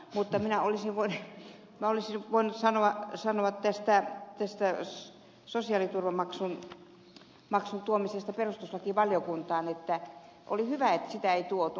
mutta olisin sanonut tästä sosiaaliturvamaksun tuomisesta perustuslakivaliokuntaan että oli hyvä että sitä ei tuotu